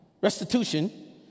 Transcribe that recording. Restitution